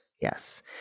yes